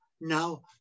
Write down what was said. now